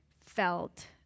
felt